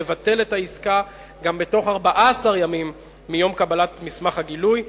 לבטל את העסקה גם בתוך 14 ימים מיום קבלת מסמך הגילוי,